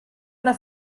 una